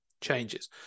changes